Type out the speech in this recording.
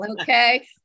okay